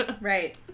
Right